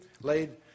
laid